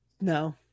No